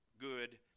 good